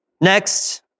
Next